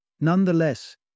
Nonetheless